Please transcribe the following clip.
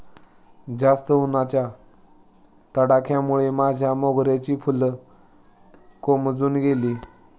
जास्त उन्हाच्या तडाख्यामुळे माझ्या मोगऱ्याची फुलं कोमेजून गेली